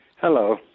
Hello